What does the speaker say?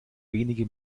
wenige